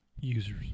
users